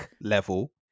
level